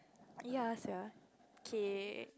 ya sia K